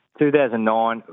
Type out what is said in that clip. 2009